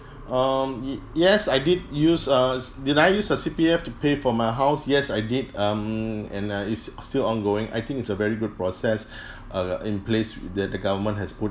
um y~ yes I did use uh did I use a C_P_F to pay for my house yes I did um and uh it's still ongoing I think it's a very good process uh in place that the government has put